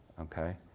okay